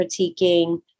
critiquing